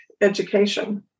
education